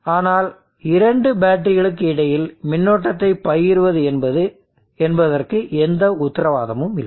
ஆனால் இரண்டு பேட்டரிகளுக்கு இடையில் மின்னோட்டத்தைப் பகிர்வது என்பதற்கு எந்த உத்தரவாதமும் இல்லை